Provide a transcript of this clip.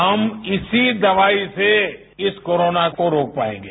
हम इसी दवाई से इस कोरोना को रोक पाएगे